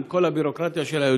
עם כל הביורוקרטיה שלה,